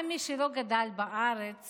גם מי שלא גדלו בארץ